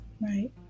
right